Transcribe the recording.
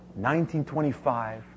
1925